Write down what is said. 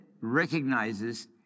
recognizes